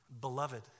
Beloved